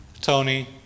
Tony